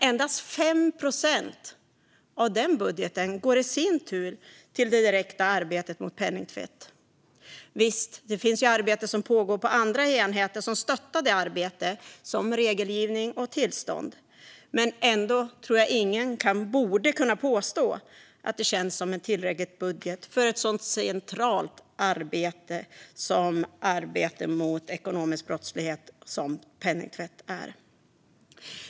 Endast 5 procent av den budgeten går dock i sin tur till det direkta arbetet mot penningtvätt. Visst finns det arbete på andra enheter som stöttar det arbetet, till exempel regelgivning och tillstånd. Ändå tror jag ingen kan påstå att det känns som en tillräcklig budget för något så centralt som arbetet mot den ekonomiska brottslighet som penningtvätt är.